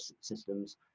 systems